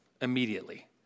immediately